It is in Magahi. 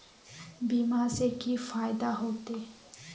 बीमा से की फायदा होते?